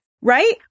right